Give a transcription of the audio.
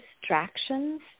distractions